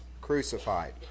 crucified